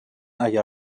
اگر